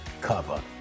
cover